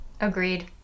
Agreed